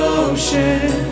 ocean